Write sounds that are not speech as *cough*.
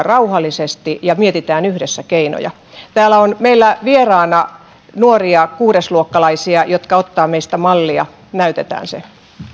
*unintelligible* rauhallisesti ja mietitään yhdessä keinoja täällä on meillä vieraana nuoria kuudesluokkalaisia jotka ottavat meistä mallia näytetään se